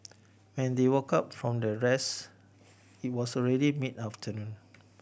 when they woke up from their rest it was already mid afternoon